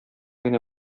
генә